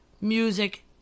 music